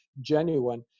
genuine